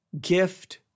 gift